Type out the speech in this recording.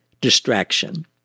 distraction